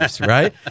right